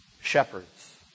shepherds